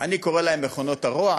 אני קורא להן "מכונות הרוע",